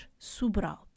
Sobral